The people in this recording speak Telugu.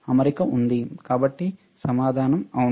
కాబట్టి సమాధానం అవును